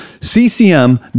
ccm